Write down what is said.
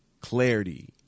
clarity